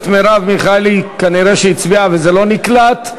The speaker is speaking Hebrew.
פיצוי לניזוק מעבירה שהיה קטין בעת שנפגע